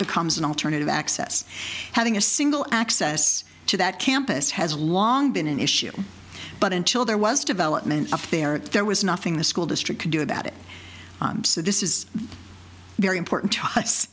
becomes an alternative access having a single access to that campus has long been an issue but until there was development up there there was nothing the school district could do about it so this is very important to us